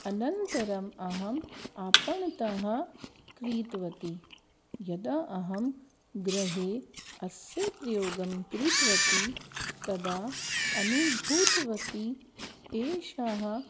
अनन्तरं अहं आपणतः क्रीतवती यदा अहं गृहे अस्य प्रयोगं कृतवती तदा अनुभूतवती एषः